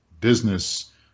business